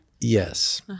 Yes